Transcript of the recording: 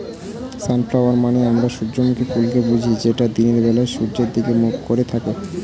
sunflower মানে আমরা সূর্যমুখী ফুলকে বুঝি যেটা দিনের বেলায় সূর্যের দিকে মুখ করে থাকে